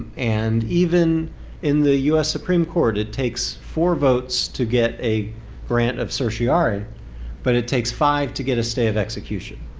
and even in the us supreme court it takes four votes to get a grant of certiorari but it takes five to get a stay of execution.